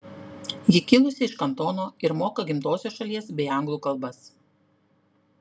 ji kilusi iš kantono ir moka gimtosios šalies bei anglų kalbas